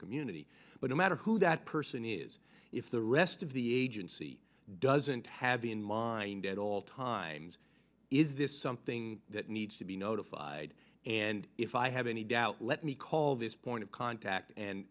community but no matter who that person is if the rest of the agency doesn't have the in mind at all times is this something that needs to be notified and if i have any doubt let me call this point of contact